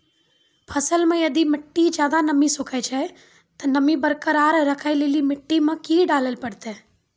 फसल मे यदि मिट्टी ज्यादा नमी सोखे छै ते नमी बरकरार रखे लेली मिट्टी मे की डाले परतै?